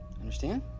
understand